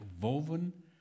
woven